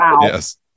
Yes